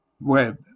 Web